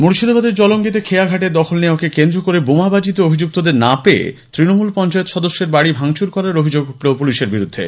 মুর্শিদাবাদের জলঙ্গীতে খেয়া ঘাটের দখল নেওয়াকে কেন্দ্র করে বোমাবাজিতে অভিযুক্তদের না পেয়ে তৃণমূল পঞ্চায়েত সদস্যের বাড়ি ভাঙ্গচুর করার অভিযোগ উঠলো পুলিশের বিরুদ্ধে